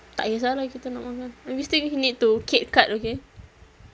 tak kesah lah kita nak makan we still need to cake cut okay